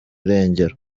irengero